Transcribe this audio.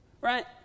Right